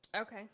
Okay